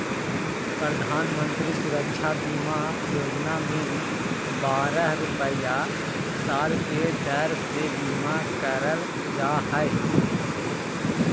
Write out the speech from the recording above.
प्रधानमंत्री सुरक्षा बीमा योजना में बारह रुपया साल के दर से बीमा कईल जा हइ